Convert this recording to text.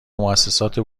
موسسات